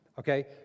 Okay